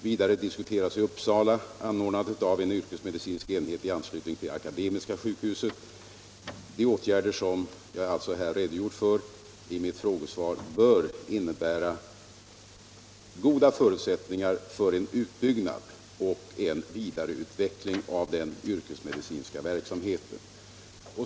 Vidare diskuteras i Uppsala anordnandet av en yrkesmedicinsk enhet i anslutning till Akademiska sjukhuset. De åtgärder som jag här redogjort för i mitt frågesvar bör innebära goda förutsättningar för en utbyggnad och en vidareutveckling av den yrkesmedicinska verksamheten.